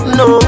no